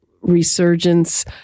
resurgence